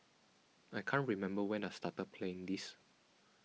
I can't remember when I started playing this